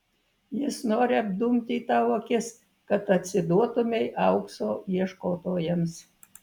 jis nori apdumti tau akis kad atsiduotumei aukso ieškotojams